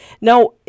Now